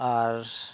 ᱟᱨ